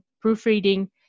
proofreading